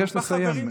אבקש לסיים.